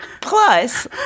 Plus